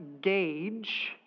gauge